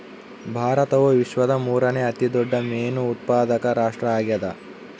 ಭಾರತವು ವಿಶ್ವದ ಮೂರನೇ ಅತಿ ದೊಡ್ಡ ಮೇನು ಉತ್ಪಾದಕ ರಾಷ್ಟ್ರ ಆಗ್ಯದ